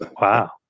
Wow